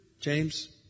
James